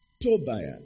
Tobiah